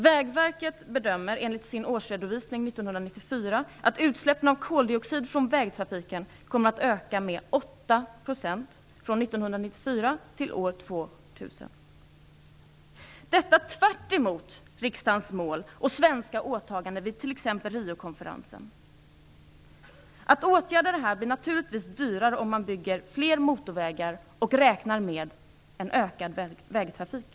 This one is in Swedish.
Vägverket bedömer enligt sin årsredovisning 1994 att utsläppen av koldioxid från vägtrafiken kommer att öka med 8 % från 1994 till år 2000 - detta tvärtemot riksdagens mål och svenska åtaganden vid t.ex. Riokonferensen. Att åtgärda detta blir naturligtvis dyrare om man bygger fler motorvägar och räknar med en ökad vägtrafik.